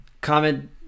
Comment